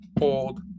old